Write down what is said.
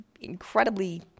incredibly